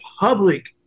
public